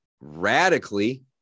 radically